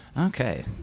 Okay